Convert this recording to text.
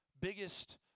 biggest